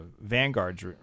Vanguard's